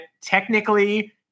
technically